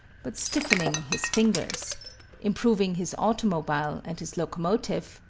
but stiffening his fingers improving his automobile and his locomotive,